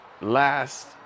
last